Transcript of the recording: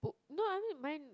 no I mean mine